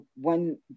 one